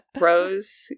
rose